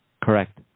Correct